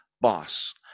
boss